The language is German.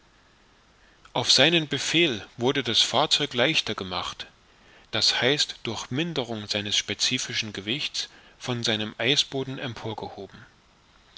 auf seinen befehl wurde das fahrzeug leichter gemacht d h durch minderung seines specifischen gewichts von seinem eisboden